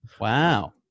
Wow